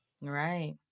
Right